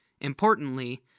Importantly